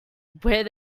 they